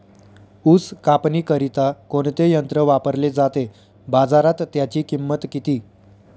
ऊस कापणीकरिता कोणते यंत्र वापरले जाते? बाजारात त्याची किंमत किती?